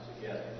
together